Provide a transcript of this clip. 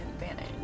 advantage